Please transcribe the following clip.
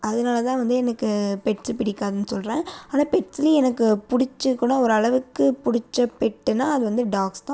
அதனால் தான் வந்து எனக்கு பெட்ஸு பிடிக்காதுன்னு சொல்கிறேன் ஆனால் பெட்ஸிலேயும் எனக்கு பிடிச்ச கூட ஓரளவுக்கு பிடிச்ச பெட்டுன்னா அது வந்து டாக்ஸ் தான்